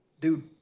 dude